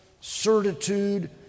certitude